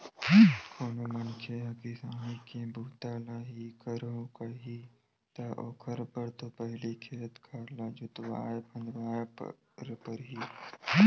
कोनो मनखे ह किसानी के बूता ल ही करहूं कइही ता ओखर बर तो पहिली खेत खार ल जोतवाय फंदवाय बर परही